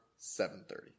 7.30